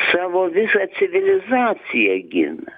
savo visą civilizaciją gina